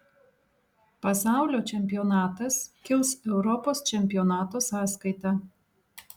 pasaulio čempionatas kils europos čempionato sąskaita